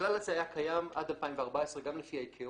הכלל הזה היה קיים עד 2014 גם לפי ה-ICAO.